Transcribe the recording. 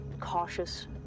cautious